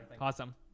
Awesome